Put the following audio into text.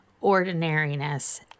ordinariness